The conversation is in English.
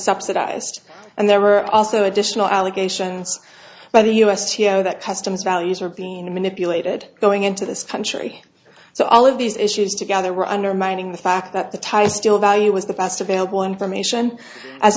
subsidized and there were also additional allegations by the us you know that customs values are being manipulated going into this country so all of these issues together were undermining the fact that the thai still value was the best available information as